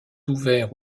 ouvert